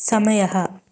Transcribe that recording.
समयः